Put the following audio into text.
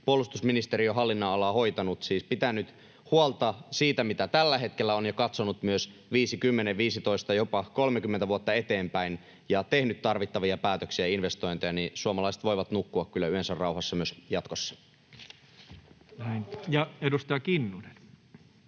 puolustusministeriön hallinnonalaa hoitanut — siis pitänyt huolta siitä, mitä tällä hetkellä on, ja katsonut myös 5, 10, 15 ja jopa 30 vuotta eteenpäin ja tehnyt tarvittavia päätöksiä ja investointeja — niin suomalaiset voivat kyllä nukkua yleensä rauhassa myös jatkossa. [Speech